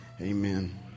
Amen